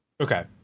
Okay